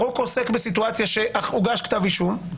החוק עוסק בסיטואציה שהוגש כתב אישום,